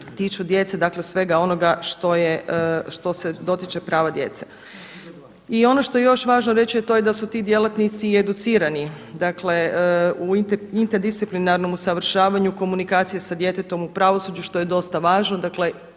tiču djece, dakle svega onoga što se dotiče prava djece. I ono što je još važno reći, a to je da su ti djelatnici educirani, dakle u interdisciplinarnom usavršavaju komunikacije sa djetetom u pravosuđu što je dosta važno. Dakle,